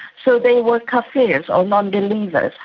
so they were kafirs or non-believers.